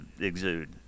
exude